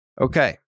Okay